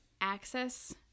access